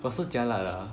got so jialat ah